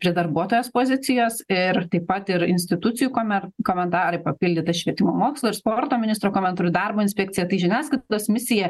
prie darbuotojos pozicijos ir taip pat ir institucijų komer komentarai papildyta švietimo mokslo ir sporto ministro komentaru darbo inspekcija tai žiniasklaidos misija